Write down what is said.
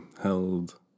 held